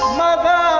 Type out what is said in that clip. mother